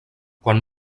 quan